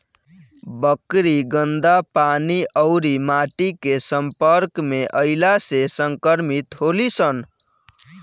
बकरी गन्दा पानी अउरी माटी के सम्पर्क में अईला से संक्रमित होली सन